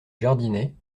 jardinet